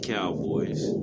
Cowboys